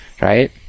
Right